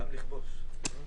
בכפוף לזה